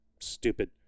stupid